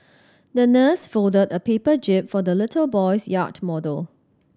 the nurse folded a paper jib for the little boy's yacht model